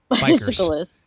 Bicyclists